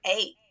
eight